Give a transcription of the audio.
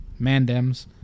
mandems